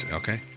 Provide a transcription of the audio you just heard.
okay